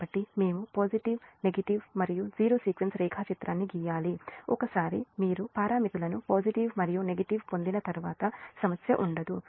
కాబట్టి మేము positive negative మరియు జీరో సీక్వెన్స్ రేఖాచిత్రాన్ని గీయాలి ఒకసారి మీరు పారామితులను పాజిటివ్ మరియు నెగటివ్గా పొందిన తర్వాత సమస్య ఉండదు